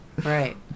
Right